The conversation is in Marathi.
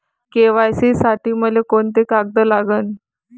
के.वाय.सी साठी मले कोंते कागद लागन?